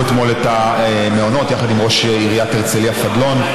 את המעונות יחד עם ראש עיריית הרצליה פדלון.